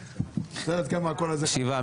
שבעה.